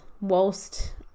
whilst